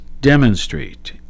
demonstrate